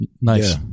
Nice